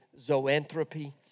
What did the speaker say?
zoanthropy